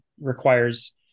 requires